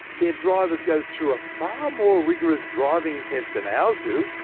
their drivers go through a far more rigorous driving test than ours do,